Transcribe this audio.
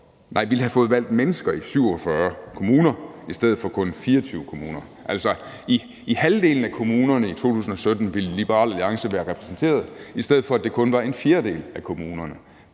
parti, ville have fået valgt folk i 47 kommuner i stedet for i kun 24 kommuner. Altså, i halvdelen af kommunerne ville Liberal Alliance i 2017 være blevet repræsenteret, i stedet for at det kun var i en fjerdedel af kommunerne,